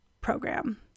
program